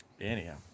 Anyhow